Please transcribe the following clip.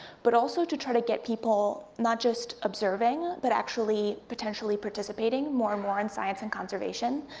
but also to try to get people, not just observing, but actually potentially participating more and more in science and conservation.